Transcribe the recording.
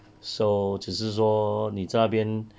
so 只是说你在这边